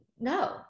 no